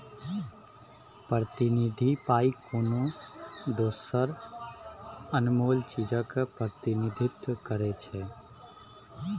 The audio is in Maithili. प्रतिनिधि पाइ कोनो दोसर अनमोल चीजक प्रतिनिधित्व करै छै